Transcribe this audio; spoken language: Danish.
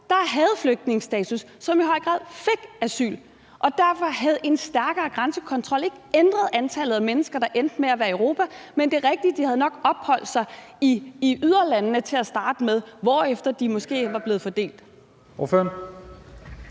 der havde flygtningestatus, som i høj grad fik asyl, og derfor havde en stærkere grænsekontrol ikke ændret på antallet af mennesker, der endte med at være i Europa. Men det er rigtigt, at de til at starte med nok ville have opholdt sig i yderlandene, hvorefter de måske var blevet fordelt. Kl.